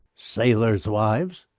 sailors' wives.